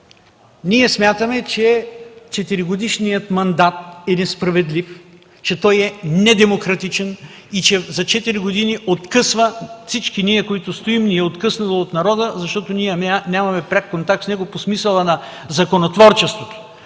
Ние смятаме, че 4-годишният мандат е несправедлив, че той е недемократичен, и че за четири години всички нас ни откъсва от народа, защото нямаме пряк контакт с него по смисъла на законотворчеството.